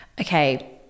okay